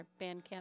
Bandcamp